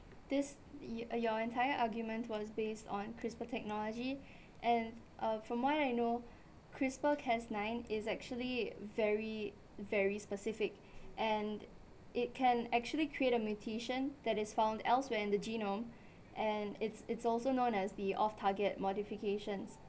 this y~ your entire argument was based on CRISPR technology and uh from what I know CRISPR cas nine is actually very very specific and it can actually create a mutation that is found elsewhere and the genome and it's it's also known as the off target modifications